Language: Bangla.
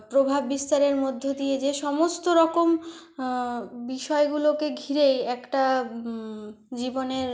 প্রভাব বিস্তারের মধ্য দিয়ে যে সমস্ত রকম বিষয়গুলোকে ঘিরেই একটা জীবনের